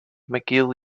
mcgill